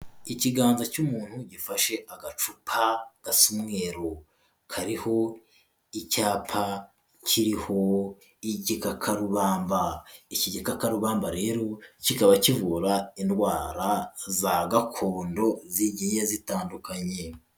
Ikiganza cy'umuntu gifashe agacupa gasa umweru kariho icyapa kiriho igikakarubamba, iki gikakarubamba rero kikaba kivura indwara za gakondo zigiye zitandukanye.